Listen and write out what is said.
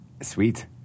Sweet